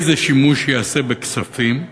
איזה שימוש ייעשה בכספים?